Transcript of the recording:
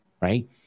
right